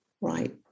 right